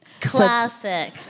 Classic